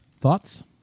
Thoughts